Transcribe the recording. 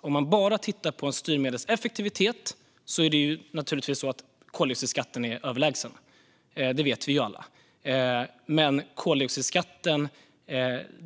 Om man bara tittar på ett styrmedels effektivitet är naturligtvis koldioxidskatten överlägsen. Det vet vi alla. Men koldioxidskatten